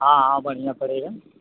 हाँ हाँ बढ़िया करेगा